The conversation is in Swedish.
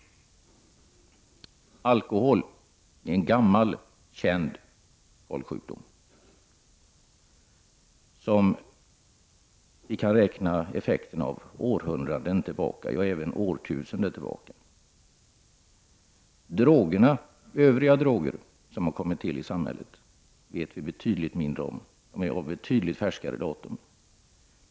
Alkoholism är en gammal och känd folksjukdom. Och vi kan finna spår av den århundraden, ja även årtusenden tillbaka. Övriga droger som har tillkommit långt senare i samhället vet vi betydligt mindre om.